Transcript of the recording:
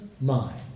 mind